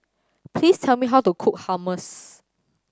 please tell me how to cook Hummus